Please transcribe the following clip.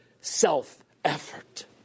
self-effort